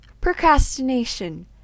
Procrastination